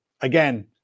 Again